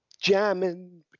Jamming